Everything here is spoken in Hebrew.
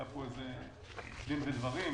היה פה איזה דין ודברים,